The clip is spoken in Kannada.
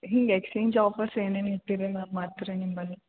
ಹಿಂಗೆ ಎಕ್ಸ್ಚೇಂಜ್ ಆಫರ್ಸ್ ಏನೇನು ಇಟ್ಟೀರಿ ಮ್ಯಾಮ್ ಮಾಡ್ತೀರಿ ನಿಮ್ಮಲ್ಲಿ